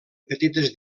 petites